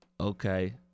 Okay